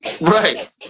Right